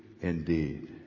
indeed